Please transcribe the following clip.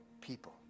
people